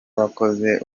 wakoze